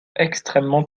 extrêmement